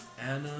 Anna